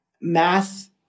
math